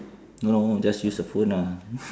no no just use the phone ah